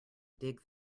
dig